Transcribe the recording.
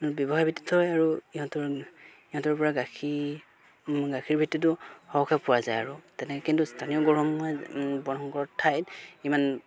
ব্যৱসায় ভিত্তিত হয় আৰু ইহঁতৰ ইহঁতৰ পৰা গাখীৰ গাখীৰ ভিত্তিতো সৰহকৈ পোৱা যায় আৰু তেনেকৈ কিন্তু স্থানীয় গৰুসমূহে বৰ্ণশংকৰ ঠাইত ইমান